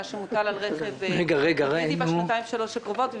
שמוטל על רכב היברידי בשנתיים שלוש הקרובות,